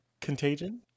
Contagion